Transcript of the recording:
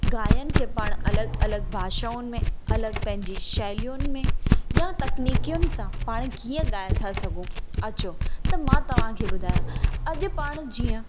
गायन खे पाण अलॻि अलॻि भाषाउनि में अलॻि पंहिंजी शैलियुनि में या तकनीकयुनि सां पाण कीअं गाए था सघूं अचो त मां तव्हांखे ॿुधायां अॼु पाण जीअं